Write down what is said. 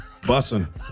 bussin